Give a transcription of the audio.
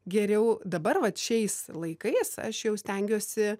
geriau dabar vat šiais laikais aš jau stengiuosi